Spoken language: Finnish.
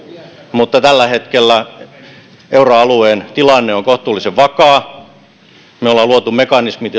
mutta tällä hetkellä euroalueen tilanne on kohtuullisen vakaa me olemme luoneet mekanismit